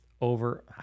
over